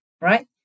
right